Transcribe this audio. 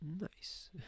Nice